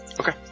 Okay